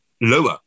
lower